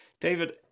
David